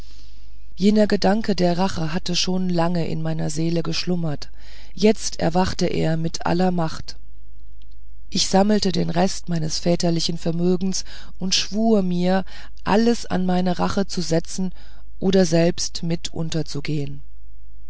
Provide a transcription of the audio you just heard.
jener gedanke der rache hatte schon lange in meiner seele geschlummert jetzt erwachte er mit aller macht ich sammelte den rest meines väterlichen vermögens und schwur mir alles an meine rache zu setzen oder selbst mit unterzugehen